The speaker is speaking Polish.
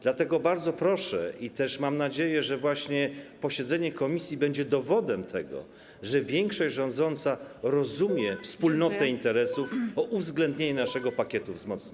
Dlatego bardzo proszę - i też mam nadzieję, że właśnie posiedzenie komisji będzie dowodem tego, że większość rządząca rozumie wspólnotę interesów - o uwzględnienie naszego pakietu wzmocnienia.